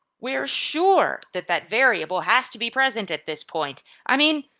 we're sure that that variable has to be present at this point. i mean,